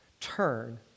turn